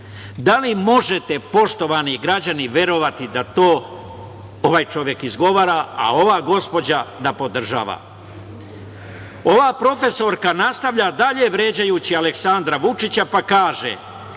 li možete, poštovani građani, verovati da to ovaj čovek izgovara, a ova gospođa da podržava? Ova profesorka nastavlja dalje vređajući Aleksandra Vučića, pa kaže: